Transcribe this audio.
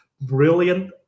brilliant